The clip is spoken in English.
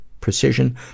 precision